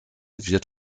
wird